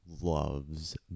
loves